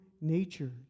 nature